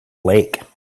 lake